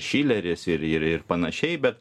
šileris ir ir ir panašiai bet